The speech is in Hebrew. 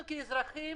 אנחנו כאזרחים